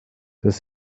das